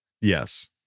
Yes